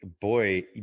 boy